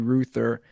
Ruther